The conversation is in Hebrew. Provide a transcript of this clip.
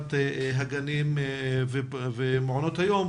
הנהלת הגנים ומעונות היום,